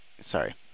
Sorry